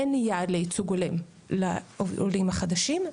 אין יעד לייצוג הולם לעולים החדשים,